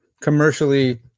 commercially